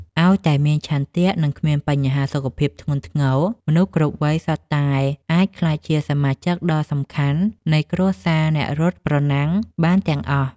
ឱ្យតែមានឆន្ទៈ និងគ្មានបញ្ហាសុខភាពធ្ងន់ធ្ងរ មនុស្សគ្រប់វ័យសុទ្ធតែអាចក្លាយជាសមាជិកដ៏សំខាន់នៃគ្រួសារអ្នករត់ប្រណាំងបានទាំងអស់។